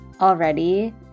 already